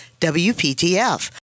WPTF